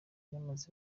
yamaze